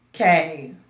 Okay